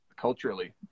culturally